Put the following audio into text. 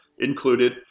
included